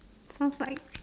smells like